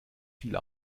viel